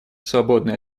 свободной